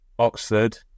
Oxford